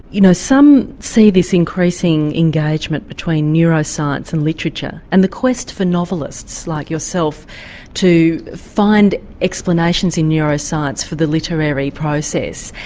you know some see this increasing engagement between neuroscience and literature, and the quest for novelists like yourself to find explanations in neuroscience for the literary process,